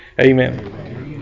Amen